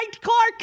Clark